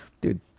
Dude